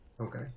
Okay